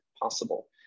possible